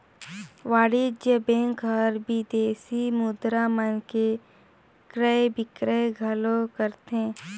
वाणिज्य बेंक हर विदेसी मुद्रा मन के क्रय बिक्रय घलो करथे